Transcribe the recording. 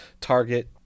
Target